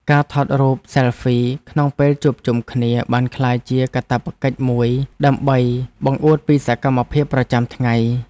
ការថតរូបស៊ែលហ្វីក្នុងពេលជួបជុំគ្នាបានក្លាយជាកាតព្វកិច្ចមួយដើម្បីបង្អួតពីសកម្មភាពប្រចាំថ្ងៃ។